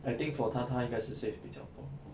I think for 他他应该是 save 比较多